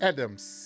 Adams